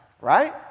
right